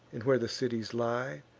and where the cities lie,